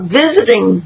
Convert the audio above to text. visiting